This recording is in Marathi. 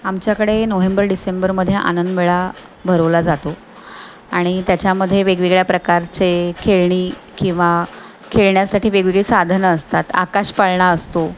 आमच्याकडे नोहेंबर डिसेंबर मध्ये आनंद मेळा भरवला जातो आणि त्याच्यामध्ये वेगवेगळ्या प्रकारचे खेळणी किंवा खेळण्यासाठी वेगवेगळी साधनं असतात आकाश पाळणा असतो